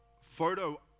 photo